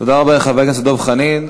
תודה רבה לחבר הכנסת דב חנין.